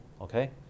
Okay